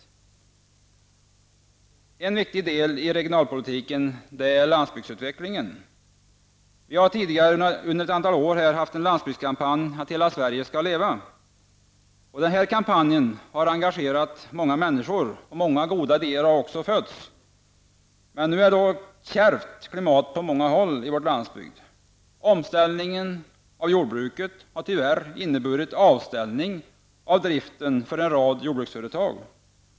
En viktig del av regionalpolitiken är landsbygdsutvecklingen. Vi har tidigare under ett antal år haft en landsbygdskampanj -- Hela Sverige skall leva. Denna kampanj engagerade många människor och många goda idéer föddes. Nu är det dock ett kärvt klimat på många håll på vår landsbygd. Omställningen av jordbruket har tyvärr inneburit en avställning av driften för en rad jordbruksföretag.